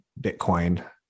Bitcoin